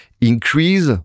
increase